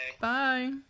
Bye